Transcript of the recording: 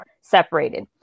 separated